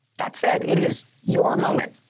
that's said, it is your moment.